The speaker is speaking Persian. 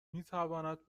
میتواند